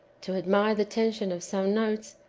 to admire the tension of some notes,